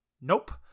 Nope